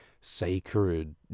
sacred